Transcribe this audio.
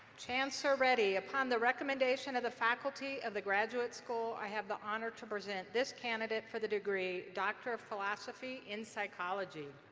chancellor reddy, upon the recommendation of the faculty of the graduate school, i have the honor to present this candidate for the degree doctor of philosophy in psychology.